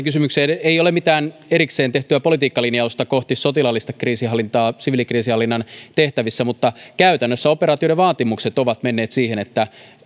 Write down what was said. kysymykseen ei ole mitään erikseen tehtyä politiikkalinjausta kohti sotilaallista kriisinhallintaa siviilikriisinhallinnan tehtävissä mutta käytännössä operaatioiden vaatimukset ovat menneet siihen että